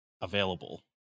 available